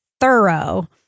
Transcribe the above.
thorough